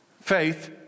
Faith